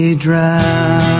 DROWN